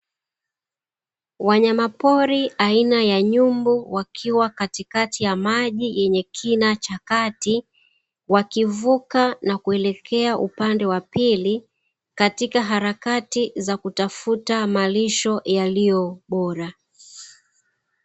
Wanyama pori aina ya nyumbu wakiwa katikati ya maji yenye kina cha kati wakivuka na kuelekea upande wa pili katika harakati za kutafuta malisho yaliyobora.